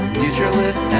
futureless